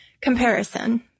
comparison